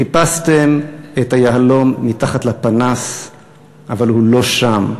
חיפשתם את היהלום מתחת לפנס אבל הוא לא שם.